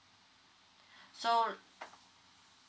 so